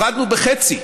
הורדנו בחצי